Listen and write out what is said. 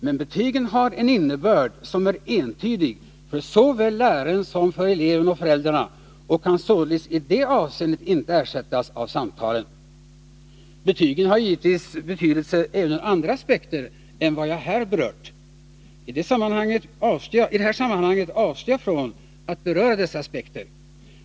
Men betygen har en innebörd som är entydig för såväl läraren som eleven och föräldrarna och kan således inte i det avseendet ersättas av samtalen. Betygen har givetvis sin betydelse även ur andra aspekter än vad jag här berört. I det här sammanhanget avstår jag från att beröra dessa aspekter.